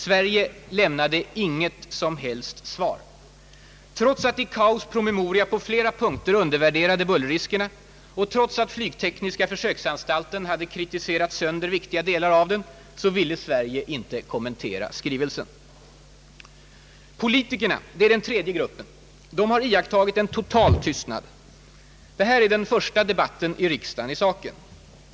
Sverige lämnade inte något som helst svar. Trots att ICAO :s promemoria på flera punkter undervärderade bul Ang. den civila överljudstrafiken lerriskerna och trots att flygtekniska försöksanstalten hade kritiserat sönder viktiga delar av den, ville Sverige inte kommentera skrivelsen. Politikerna är den tredje gruppen. De har iakttagit total tystnad. Det här är den första debatten i riksdagen i saken.